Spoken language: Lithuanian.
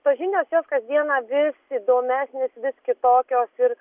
tos žinios jos kasdieną vis įdomesnės vis kitokios ir